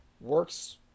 works